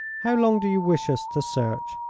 how long do you wish us to search?